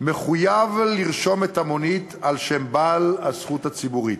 מחויב לרשום את המונית על שם בעל הזכות הציבורית.